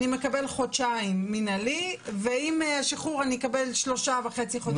אני מקבל חודשיים מינהלי ועם השחרור אני אקבל שלושה וחצי חודשים.